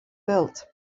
built